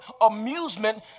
amusement